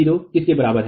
Δ0 किसके बराबर है